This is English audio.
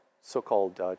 so-called